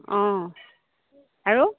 অঁ আৰু